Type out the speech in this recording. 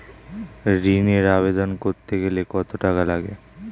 ঋণের আবেদন করতে গেলে কত টাকা লাগে?